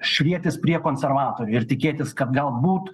šlietis prie konservatorių ir tikėtis kad galbūt